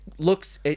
looks